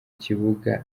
kibuga